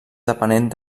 depenent